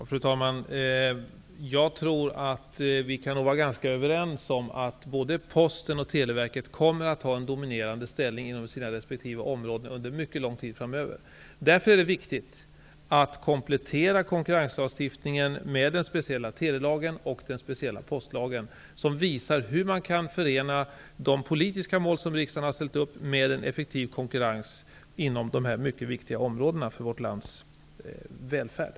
Fru talman! Jag tror att vi kan vara ganska överens om att både Posten och Televerket kommer att ha en dominerande ställning inom sina resp. områden under mycket lång tid framöver. Därför är det viktigt att komplettera konkurrenslagstiftningen med den speciella telelagen och den speciella postlagen. De visar hur man kan förena de politiska mål som riksdagen har ställt upp med en effektiv konkurrens inom dessa för vårt lands välfärd mycket viktiga områden.